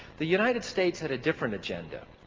the united states had a different agenda.